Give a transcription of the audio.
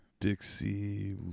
Dixie